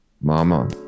mama